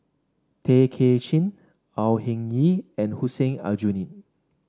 Tay Kay Chin Au Hing Yee and Hussein Aljunied